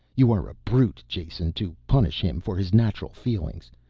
you are a brute, jason, to punish him for his natural feelings.